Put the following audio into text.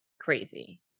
crazy